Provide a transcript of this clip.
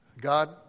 God